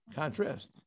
contrast